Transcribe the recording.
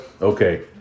Okay